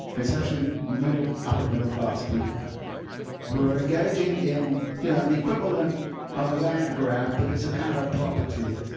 it's actually upper middle class people who are engaging in you know the equivalent of a land grab. but it's a kind of a property.